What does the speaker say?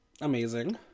Amazing